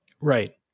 Right